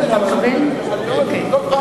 אומר